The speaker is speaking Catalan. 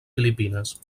filipines